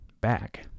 back